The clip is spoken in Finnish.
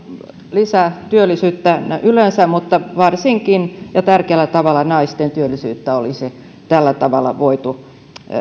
lisää työllisyyttä yleisesti mutta varsinkin ja tärkeällä tavalla naisten työllisyyttä olisi tällä tavalla voitu